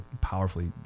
powerfully